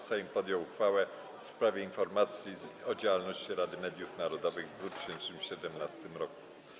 Sejm podjął uchwałę w sprawie informacji o działalności Rady Mediów Narodowych w 2017 roku.